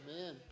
Amen